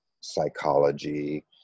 psychology